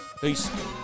Peace